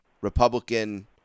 Republican